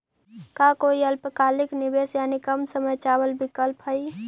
का कोई अल्पकालिक निवेश यानी कम समय चावल विकल्प हई?